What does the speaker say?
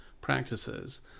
practices